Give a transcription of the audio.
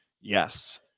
Yes